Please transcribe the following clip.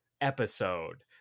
episode